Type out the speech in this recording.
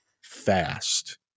fast